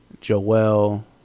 Joel